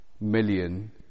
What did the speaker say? million